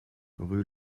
rue